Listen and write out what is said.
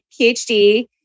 PhD